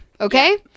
Okay